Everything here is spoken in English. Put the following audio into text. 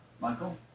Michael